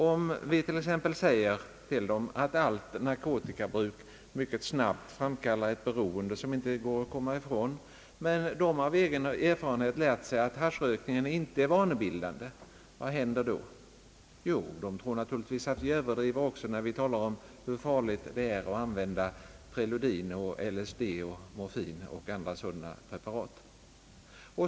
Om vi t.ex. säger till dem att allt narkotikabruk mycket snabbt framkallar ett beroende som det inte går att komma ifrån, men de av egen erfarenhet lärt sig att haschrökningen inte är vanebildande, vad händer då? De tror naturligtvis att vi överdriver också när vi talar om hur farligt det är att använda preludin, LSD, morfin och andra sådana preparat.